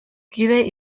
kide